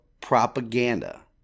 Propaganda